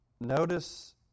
Notice